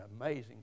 amazing